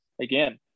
again